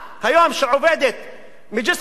מג'סר-א-זרקא,